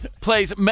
plays